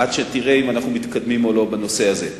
עד שתראה אם אנחנו מתקדמים בנושא הזה או לא.